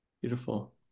Beautiful